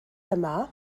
yma